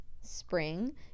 spring